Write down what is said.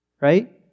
Right